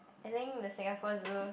I think the Singapore Zoo